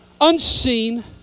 unseen